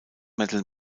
metal